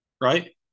Right